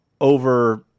over